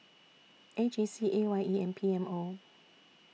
A G C A Y E and P M O